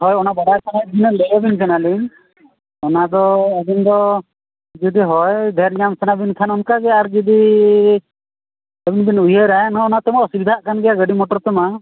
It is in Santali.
ᱦᱳᱭ ᱚᱱᱟ ᱵᱟᱰᱟᱭ ᱥᱟᱱᱟᱭᱮᱫ ᱵᱤᱱᱟ ᱞᱟᱹᱭ ᱟᱹᱵᱤᱱ ᱠᱟᱱᱟᱞᱤᱧ ᱚᱱᱟ ᱫᱚ ᱟᱹᱵᱤᱱ ᱫᱚ ᱡᱩᱫᱤ ᱦᱳᱭ ᱰᱷᱮᱹᱨ ᱧᱟᱢ ᱥᱟᱱᱟᱢ ᱠᱟᱱᱟ ᱚᱱᱠᱟᱜᱮ ᱟᱨ ᱡᱩᱫᱤ ᱟᱹᱵᱤᱱ ᱵᱤᱱ ᱩᱭᱦᱟᱹᱨᱟ ᱱᱚᱣᱟᱛᱮᱢᱟ ᱚᱥᱩᱵᱤᱫᱟᱜ ᱠᱟᱱ ᱜᱮᱭᱟ ᱜᱟᱹᱰᱤ ᱢᱚᱴᱚᱨ ᱛᱮᱢᱟ